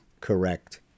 correct